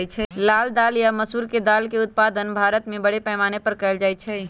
लाल दाल या मसूर के दाल के उत्पादन भारत में बड़े पैमाने पर कइल जा हई